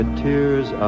tears